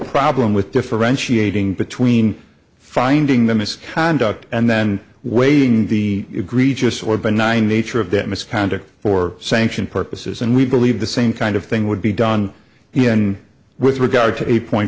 problem with differentiating between finding the misconduct and then waiving the egregious or benign nature of that misconduct for sanction purposes and we believe the same kind of thing would be done even with regard to a point